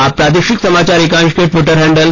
आप प्रादेशिक समाचार एकांश के टिवटर हैंडल